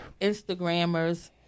Instagrammers